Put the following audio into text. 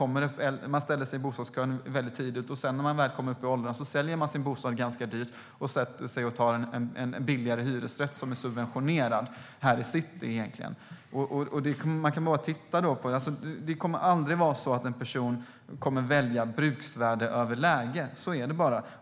Man ställer sig i bostadskön väldigt tidigt, och när man väl kommer upp i åldrarna säljer man sin bostad ganska dyrt och tar en billigare hyresrätt som här i city egentligen är subventionerad. Det kommer aldrig att vara så att en person väljer bruksvärde före läge - så är det bara.